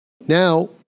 Now